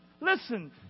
Listen